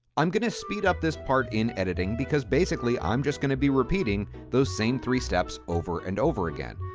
i'm going to speed up this part in editing because basically, i'm just going to be repeating those same three steps over and over again.